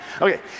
Okay